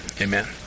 amen